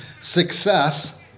Success